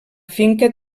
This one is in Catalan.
finca